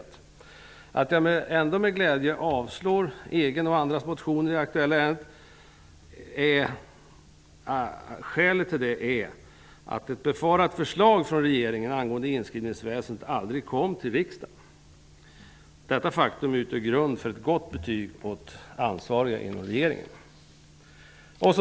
Skälet till att jag ändå med glädje avslår min egen och andras motioner i det aktuella ärendet är att ett befarat förslag från regeringen angående inskrivningsväsendet aldrig kom till riksdagen. Detta faktum utgör grund för ett gott betyg för de ansvariga inom regeringen.